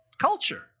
culture